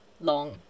long